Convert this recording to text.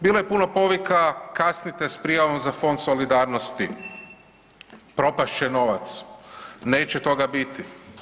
Bilo je puno povika kasnite s prijavom za Fond solidarnosti, propast će novac, neće toga biti.